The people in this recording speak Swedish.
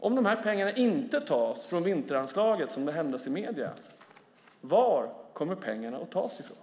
Om de här pengarna inte tas från vinteranslaget, som det hävdas i medier, undrar jag: Var kommer pengarna att tas ifrån?